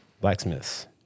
Blacksmiths